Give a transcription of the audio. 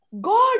God